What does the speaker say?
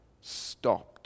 stopped